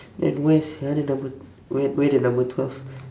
then where's another number where where the number twelve